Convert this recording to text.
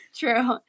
true